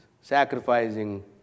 sacrificing